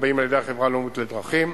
נקבעים על-ידי החברה הלאומית לדרכים,